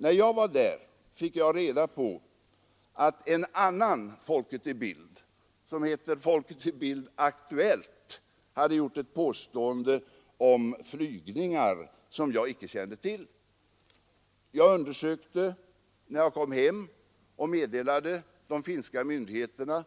När jag var i Finland fick jag reda på att en annan Folket i Bild, FiB-Aktuellt, hade innehållit påståenden om flygningar som jag icke kände till. Jag undersökte detta när jag kom hem och meddelade de finländska myndigheterna